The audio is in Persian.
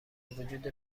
وجود